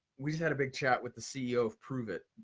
we just had a big chat with the ceo of prove it,